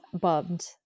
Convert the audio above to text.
bummed